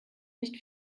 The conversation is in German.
nicht